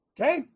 Okay